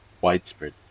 widespread